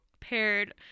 paired